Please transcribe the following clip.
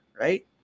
right